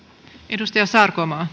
arvoisa